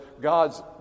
God's